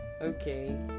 okay